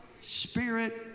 spirit